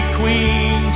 queen